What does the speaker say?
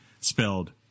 spelled